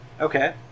Okay